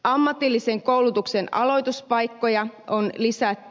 ammatillisen koulutuksen aloituspaikkoja on lisätty